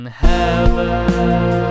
heaven